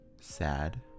sad